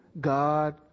God